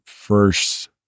first